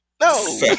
no